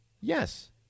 Yes